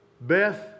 Beth